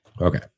Okay